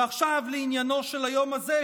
ועכשיו לעניינו של היום הזה,